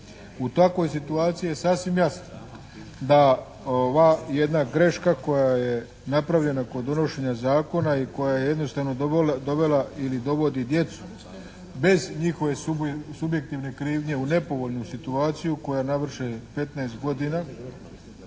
U takvoj situaciji je sasvim jasno da ova jedna greška koja je napravljena kod donošenja Zakona i koja je jednostavno dovela ili dovodi djecu bez njihove subjektivne krivnje u nepovoljnu situaciju koja navrše 15 godina